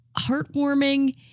heartwarming